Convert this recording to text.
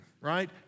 right